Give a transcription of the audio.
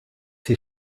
sie